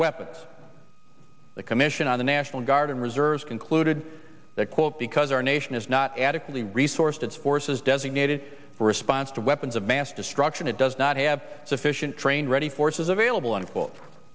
weapons the commission on the national guard and reserves concluded that quote because our nation is not adequately resourced its forces designated for response to weapons of mass destruction it does not have sufficient trained ready forces available